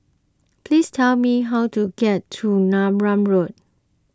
please tell me how to get to Neram Road